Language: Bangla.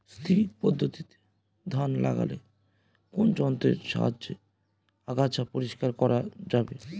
শ্রী পদ্ধতিতে ধান লাগালে কোন যন্ত্রের সাহায্যে আগাছা পরিষ্কার করা যাবে?